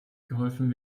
geholfen